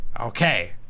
Okay